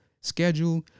schedule